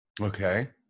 Okay